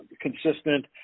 consistent